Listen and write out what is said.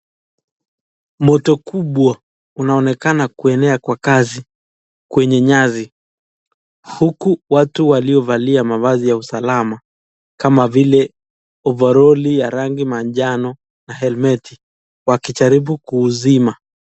Moto kubwa unaonekana kuenea kwa Kasi sana, kwenye nyasi huku watu walio Valia mavazi ya usalama kama vile overoli ya rangi ya majano na helmeti waki jaribu kuuzima.